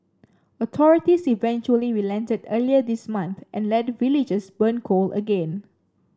authorities eventually relented earlier this month and let villagers burn coal again